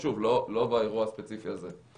שוב, לא באירוע הספציפי הזה.